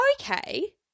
okay